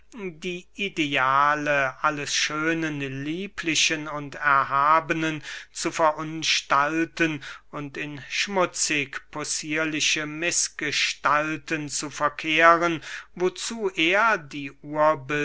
die ideale alles schönen lieblichen und erhabenen zu verunstalten und in schmutzig possierliche mißgestalten zu verkehren wozu er die